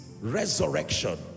resurrection